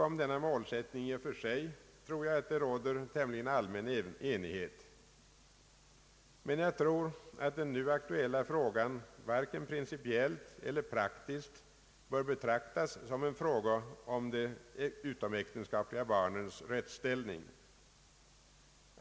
Om denna målsättning i och för sig tror jag att det råder tämligen allmän enighet. Men jag tror att den nu aktuella frågan varken principiellt eller praktiskt bör betraktas som en fråga om de utomäktenskapliga barnens rättsställning.